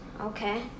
Okay